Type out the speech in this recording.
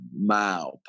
Mao